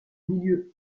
milieu